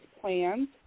plans